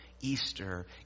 Easter